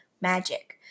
magic